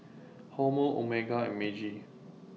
Hormel Omega and Meiji